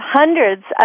hundreds